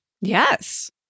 Yes